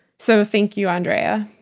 so thank you, andrea.